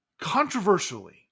controversially